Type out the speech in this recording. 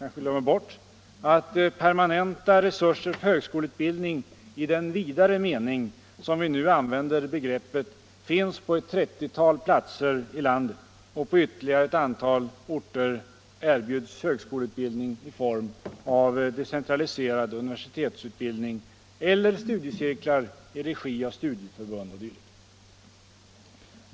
ofta glömmer bort, att permanenta resurser för högskoleutbildning i den vidare mening som vi nu använder begreppet finns på ett 30-tal platser i landet, och på ytterligare ett antal orter erbjuds högskoleutbildning i form av decentraliserad universitetsutbildning eller studiecirklar i regi av studieförbund o. d.